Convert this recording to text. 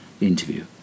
interview